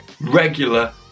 regular